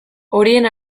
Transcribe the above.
horien